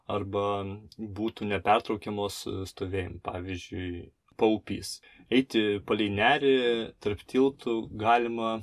arba būtų nepertraukiamos stovėjimu pavyzdžiui paupys eiti palei nerį tarp tiltų galima